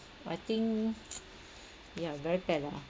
I think ya very bad lah